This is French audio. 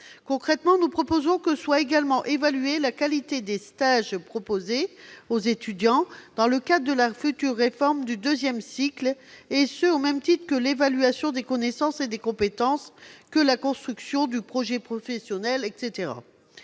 l'alinéa 33, nous proposons que soit également évaluée la qualité des stages proposés aux étudiants dans le cadre de la future réforme du deuxième cycle, au même titre que l'acquisition des connaissances et des compétences ou la construction du projet professionnel, par